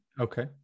Okay